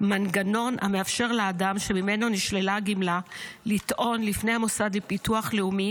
מנגנון המאפשר לאדם שממנו נשללה הגמלה לטעון לפני המוסד לביטוח לאומי